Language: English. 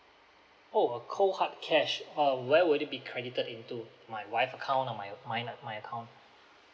oh a cold hard cash uh where would it be credited into my wife account or my mine my account